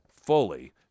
fully